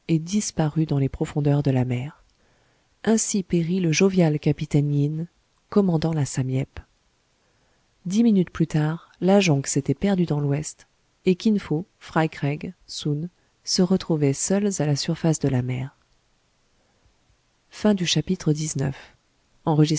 disparut dans les profondeurs de la mer ainsi périt le jovial capitaine yin commandant la sam yep dix minutes plus tard la jonque s'était perdue dans l'ouest et kin fo fry craig soun se retrouvaient seuls à la surface de la mer